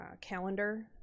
calendar